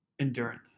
Endurance